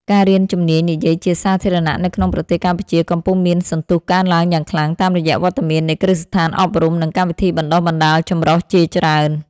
ការរៀនជំនាញនិយាយជាសាធារណៈនៅក្នុងប្រទេសកម្ពុជា កំពុងមានសន្ទុះកើនឡើងយ៉ាងខ្លាំង តាមរយៈវត្តមាននៃគ្រឹះស្ថានអប់រំ និងកម្មវិធីបណ្ដុះបណ្ដាលចម្រុះជាច្រើន។